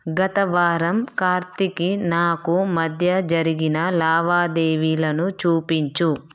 గత వారం కార్తిక్కి నాకు మధ్య జరిగిన లావాదేవీలను చూపించు